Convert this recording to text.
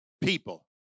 people